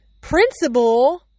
principal